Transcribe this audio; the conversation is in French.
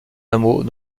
hameaux